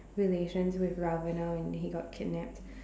relations with Ravana when he got kidnapped